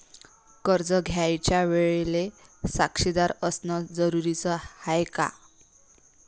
कर्ज घ्यायच्या वेळेले साक्षीदार असनं जरुरीच हाय का?